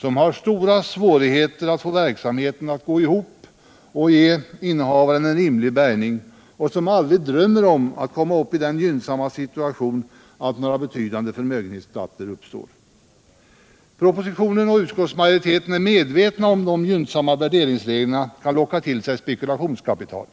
som har stora svårigheter att få verksamheten att gå ihop och ge innehavaren en rimlig bärgning och som aldrig drömmer om att komma i den gynnsamma situationen att några betydande förmögenhetsskatter uppstår. Propositionen och utskottsmajoriteten är medvetna om att de gynnsamma värderingsreglerna kan locka till sig spekulationskapital.